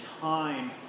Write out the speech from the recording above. time